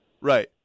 Right